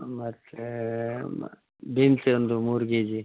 ಹಾಂ ಮತ್ತು ಮ ಬೀನ್ಸ್ ಒಂದು ಮೂರು ಕೆಜಿ